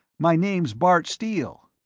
my name's bart steele.